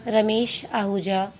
Ramesh Ahuja